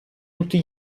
tutti